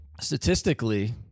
statistically